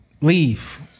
leave